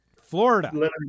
Florida